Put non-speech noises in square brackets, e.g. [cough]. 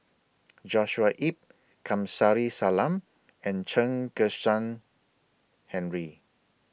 [noise] Joshua Ip Kamsari Salam and Chen Kezhan Henri